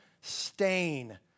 stain